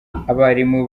abarimu